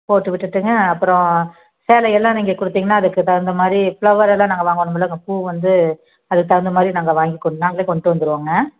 போட்டு விட்டுவிட்டுங்க அப்புறம் சேலையெல்லாம் நீங்கள் கொடுத்திங்கன்னா அதுக்கு தகுந்தமாதிரி ஃப்ளவரெல்லாம் நாங்கள் வாங்கணுமுல்லங்க பூ வந்து அதுக்கு தகுந்தமாதிரி நாங்கள் வாங்கி கொ நாங்களே கொண்டுட்டு வந்துடுவோங்க